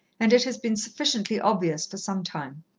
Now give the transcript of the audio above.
and it has been sufficiently obvious for some time.